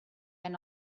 ven